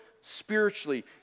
spiritually